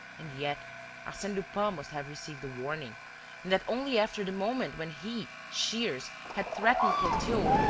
and yet arsene lupin must have received a warning and that only after the moment when he, shears, had threatened clotilde,